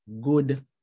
good